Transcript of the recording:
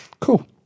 Cool